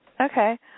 Okay